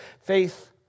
Faith